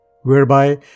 whereby